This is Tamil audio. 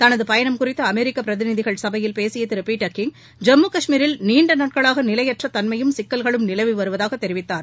தனது பயணம் குறித்து அமெரிக்க பிரதிநிதிகள் சபையில் பேசிய திரு பீட்டர் கிங் ஜம்மு காஷ்மீரில் நீண்ட நாட்களாக நிலையற்ற தன்மையும் சிக்கல்களும் நிலவி வருவதாக தெரிவித்தார்